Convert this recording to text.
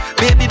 baby